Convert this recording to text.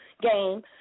game